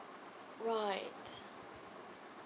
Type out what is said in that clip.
right